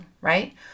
right